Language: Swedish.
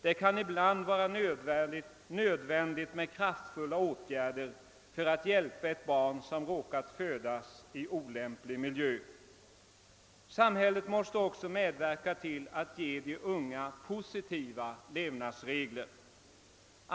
Det kan ibland vara nödvändigt med kraftfulla åtgärder för att hjälpa ett barn som råkat födas i olämplig miljö. Sam hället måste också medverka till att ge de unga positiva levnadsregler.